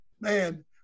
man